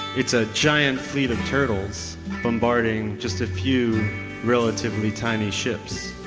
it's a giant fleet of turtles bombarding just a few relatively tiny ships